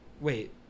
Wait